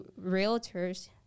realtors